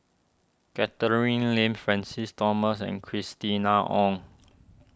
Catherine Lim Francis Thomas and Christina Ong